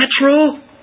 natural